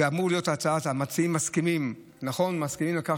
זה אמור להיות שהמציעים מסכימים לכך